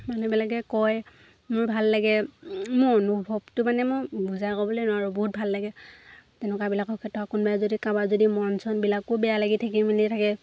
মানুহবিলাকে কয় মোৰ ভাল লাগে মোৰ অনুভৱটো মানে মই বুজাই ক'বলৈ নোৱাৰো বহুত ভাল লাগে তেনেকুৱাবিলাকৰ ক্ষেত্ৰত কোনোবাই যদি কাবাৰ যদি মন চনবিলাকো বেয়া লাগি থাকি মেলি থাকে